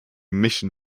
mission